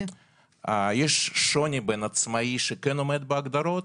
יש שוני בין עצמאי שכן עומד בהגדרות